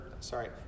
sorry